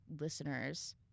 listeners –